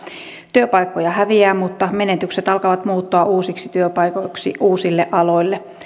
työpaikkoja häviää mutta menetykset alkavat muuttua uusiksi työpaikoiksi uusille aloille